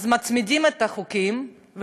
מצמידים את החוקים,